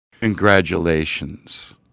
Congratulations